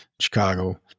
Chicago